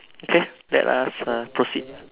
okay let's us uh proceed